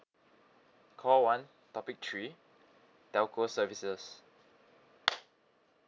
call one topic three telco services